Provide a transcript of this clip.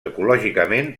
ecològicament